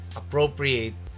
appropriate